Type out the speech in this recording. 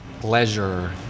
pleasure